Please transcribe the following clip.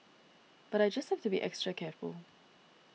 but I just have to be extra careful